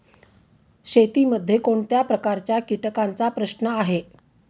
शेतीमध्ये कोणत्या प्रकारच्या कीटकांचा प्रश्न आहे?